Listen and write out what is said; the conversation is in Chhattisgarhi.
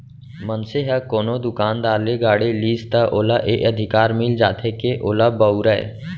मनसे ह कोनो दुकानदार ले गाड़ी लिस त ओला ए अधिकार मिल जाथे के ओला बउरय